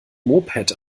moped